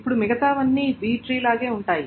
ఇప్పుడు మిగతావన్నీ B tree లాగే ఉంటాయి